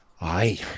Aye